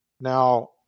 Now